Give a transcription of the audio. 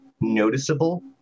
noticeable